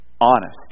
Honest